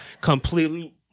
Completely